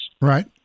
right